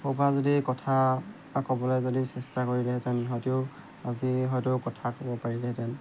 সৰুৰ পা যদি কথা ক'বলৈ যদি চেষ্টা কৰিলেহেঁতেন সিহঁতেও আজি হয়তো কথা ক'ব পাৰিলেহেঁতেন